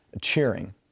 cheering